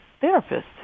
therapist